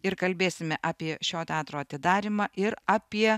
ir kalbėsime apie šio teatro atidarymą ir apie